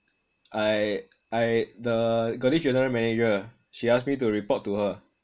I I the got this general manager she ask me to report to her